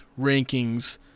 rankings